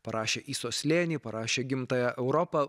parašė isos slėnį parašė gimtąją europą